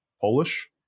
Polish